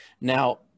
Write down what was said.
Now